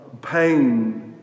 pain